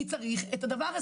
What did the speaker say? כי צריך את הדבר הזה.